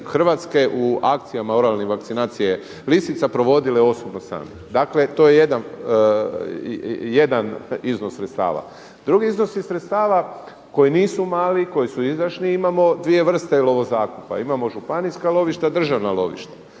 Hrvatske u akcijama oralne vakcinacije lisica provodile, … Dakle to je jedan iznos iz sredstava. Drugi iznos iz sredstava koji nisu mali, koji su izdašni imamo dvije vrste lovo zakupa, imamo županijska lovišta, državna lovišta.